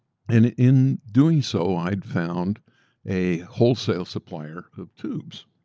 and in doing so, i'd found a wholesale supplier of tubes,